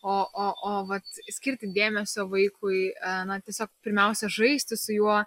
o o o vat skirti dėmesio vaikui na tiesiog pirmiausia žaisti su juo